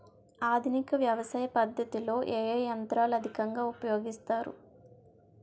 ఆధునిక వ్యవసయ పద్ధతిలో ఏ ఏ యంత్రాలు అధికంగా ఉపయోగిస్తారు?